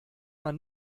man